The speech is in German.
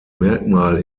merkmal